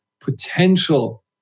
potential